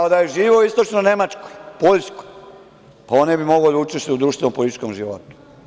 Da je živeo u Istočnoj Nemačkoj, Poljskoj, pa ne bi mogao da učestvuje u društveno-političkom životu.